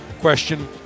question